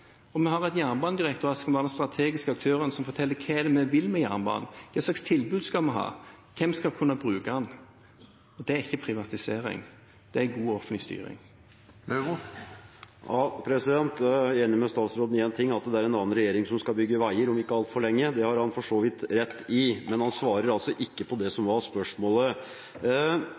og vi har et jernbanedirektorat som skal være den strategiske aktøren som forteller hva vi vil med jernbanen, hva slags tilbud skal vi ha, hvem som skal kunne bruke den. – Det er ikke privatisering. Det er god offentlig styring. Jeg er enig med statsråden i én ting, og det er at det er en annen regjering som skal bygge veier om ikke altfor lenge. Det har han for så vidt rett i, men han svarer ikke på